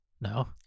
No